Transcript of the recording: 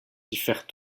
diffèrent